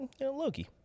Loki